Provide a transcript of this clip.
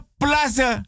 plaza